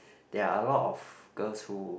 there are a lot of girls who